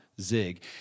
Zig